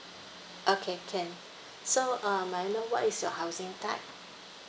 okay can so um may I know what is your housing type